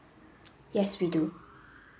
yes we do